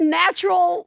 natural